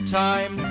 time